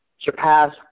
surpass